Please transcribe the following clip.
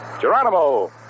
Geronimo